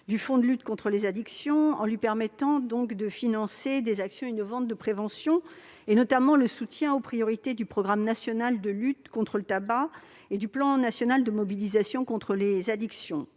du fonds de lutte contre les addictions en permettant qu'il finance des actions innovantes de prévention, notamment le soutien aux priorités du programme national de lutte contre le tabac et du plan national de mobilisation contre les addictions.